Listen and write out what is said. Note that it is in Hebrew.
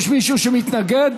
יש מישהו שמתנגד?